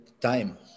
time